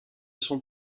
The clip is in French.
sont